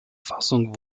fassung